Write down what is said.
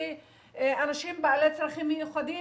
ואנשים בעלי צרכים מיוחדים,